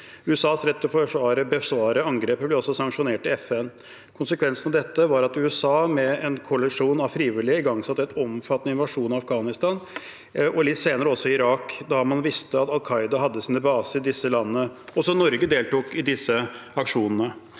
USAs rett til å besvare angrepet ble også sanksjonert i FN. Konsekvensen av dette var at USA, med en koalisjon av frivillige, igangsatte en omfattende invasjon av Afghanistan – og litt senere også Irak – da man visste at Al Qaida hadde sine baser i disse landene. Også Norge deltok i disse aksjonene.